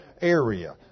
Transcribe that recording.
area